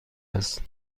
است